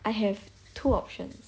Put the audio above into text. I have two options